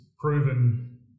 proven